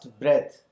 breath